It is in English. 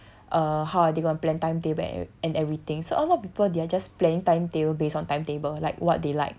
err how are they gonna plan timetable an~ and everything so a lot of people they're just planing timetable based on timetable like what they like